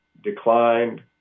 declined